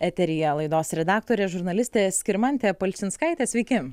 eteryje laidos redaktorė žurnalistė skirmantė palčinskaitė sveiki